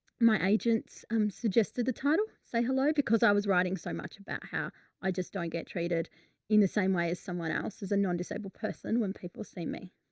my agents, um, suggested the title, say hello, because i was writing so much about how i just don't get traded in the same way as someone else's, a non-disabled person. when people see me,